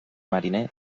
mariner